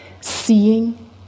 seeing